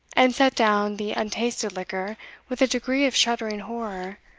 and set down the untasted liquor with a degree of shuddering horror,